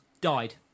died